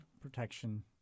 protection